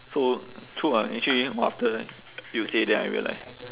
so true ah actually after you say then I realise